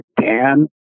Dan